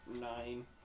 nine